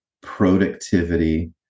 productivity